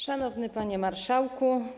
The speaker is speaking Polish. Szanowny Panie Marszałku!